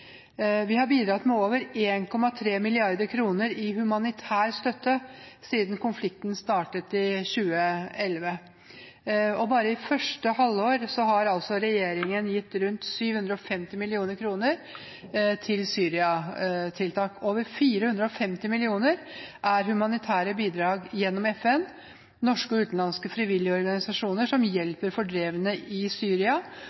Vi har bidratt med over 1,3 mrd. kr i humanitær støtte siden konflikten startet i 2011. Bare i første halvår i år har regjeringen gitt rundt 750 mill. kr til Syria-tiltak. Over 450 mill. kr er humanitære bidrag gjennom FN og norske og utenlandske frivillige organisasjoner, som